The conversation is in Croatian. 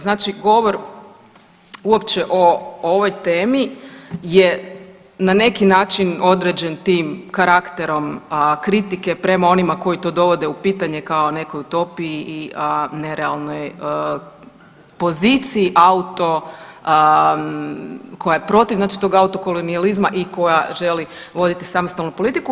Znači govor uopće o ovoj temi je na neki način određen tim karakterom, pa kritike prema onima koji to dovode u pitanje kao nekoj utopiji i nerealnoj poziciji auto, koja je protiv znači tog autokolonijalizma i koja želi voditi samostalnu politiku.